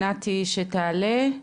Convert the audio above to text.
נתי שתעלה,